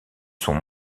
sont